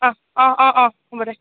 অঁ অঁ অঁ হ'ব দে